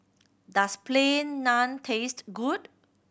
does Plain Naan taste good